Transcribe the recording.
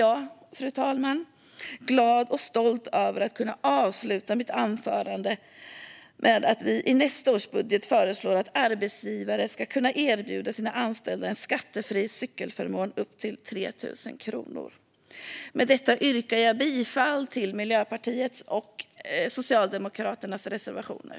Jag är glad och stolt över att kunna avsluta mitt anförande med att säga att vi i nästa års budget föreslår att arbetsgivare ska kunna erbjuda sina anställda en skattefri cykelförmån på upp till 3 000 kronor. Med detta yrkar jag bifall till Miljöpartiets och Socialdemokraternas reservationer.